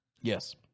Yes